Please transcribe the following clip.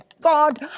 God